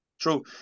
True